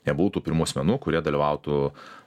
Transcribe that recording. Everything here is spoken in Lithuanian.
nebuvo tų pirmų asmenų kurie dalyvautų